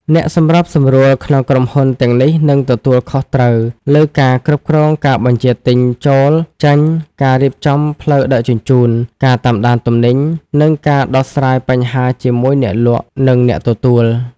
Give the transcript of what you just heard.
អ្នកសម្របសម្រួលក្នុងក្រុមហ៊ុនទាំងនេះនឹងទទួលខុសត្រូវលើការគ្រប់គ្រងការបញ្ជាទិញចូល-ចេញ ការរៀបចំផ្លូវដឹកជញ្ជូន ការតាមដានទំនិញ និងការដោះស្រាយបញ្ហាជាមួយអ្នកលក់ និងអ្នកទទួល។